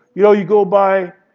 you know you go by